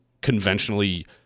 conventionally